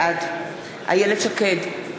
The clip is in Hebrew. בעד איילת שקד,